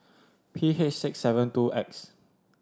P H six seven two X